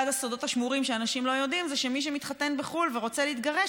אחד הסודות השמורים שאנשים לא יודעים זה שמי שמתחתן בחו"ל ורוצה להתגרש,